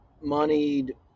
moneyed